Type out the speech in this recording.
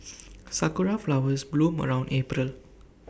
Sakura Flowers bloom around April